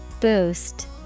Boost